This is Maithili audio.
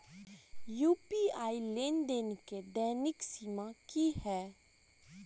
यु.पी.आई लेनदेन केँ दैनिक सीमा की है?